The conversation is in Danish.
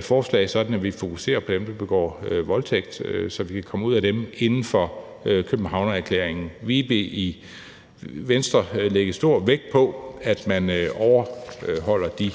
forslag sådan, at vi fokuserer på dem, der begår voldtægt, så vi kan komme af med dem inden for Københavnererklæringen. Vi vil i Venstre lægge stor vægt på, at man overholder de